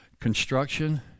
construction